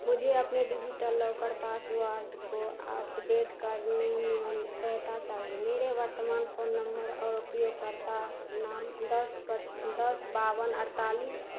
मुझे अपनी DigiLocker password को अपडेट करने में हमें सहायता चाहिए मेरे वर्तमान फोन नम्बर और उपयोगकर्ता नाम दस पच दस बावन अड़तालिस दस बावन अठहत्तर एकतालिस अठारह और है मैं यह कैसे करूँ